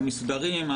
המסודרים,